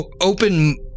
open